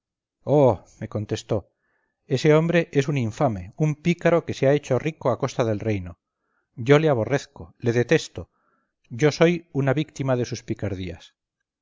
oh me contestó ese hombre es un infame un pícaro que se ha hecho rico a costa del reino yo le aborrezco le detesto yo soy una víctima de sus picardías